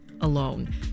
alone